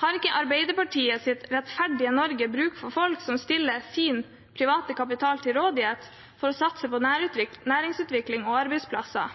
Har ikke Arbeiderpartiets rettferdige Norge bruk for folk som stiller sin private kapital til rådighet for å satse på næringsutvikling og arbeidsplasser?